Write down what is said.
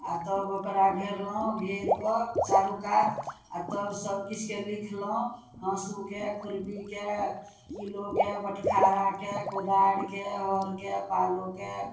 आ तब ओकरा घेरलहुँ घेर कऽ चारु कात आ तब सबकिछुके लिखलहुँ हाँसुके खुरपीके किलोके बटखाराके कोदारिके हरके पालोके